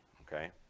Okay